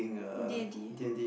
D-and-T